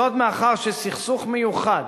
זאת מאחר שסכסוך מיוחד,